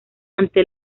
ante